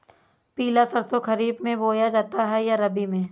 पिला सरसो खरीफ में बोया जाता है या रबी में?